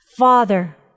Father